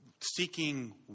seeking